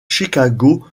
chicago